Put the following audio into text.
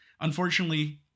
unfortunately